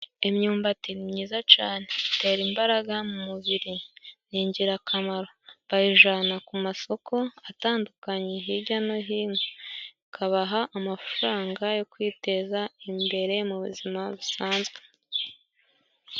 Imyumbati ni myiza cane, itera imbaraga umubiri ni ingirakamaro, bayijana ku masoko atandukanye hirya no hino ikabaha amafaranga yo kwiteza imbere mu buzima busanzwe.